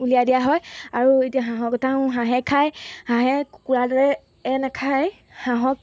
উলিয়াই দিয়া হয় আৰু এতিয়া হাঁহৰ কথা ও হাঁহে খায় হাঁহে কুকুৰাৰ দৰে নাখায় হাঁহক